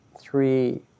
three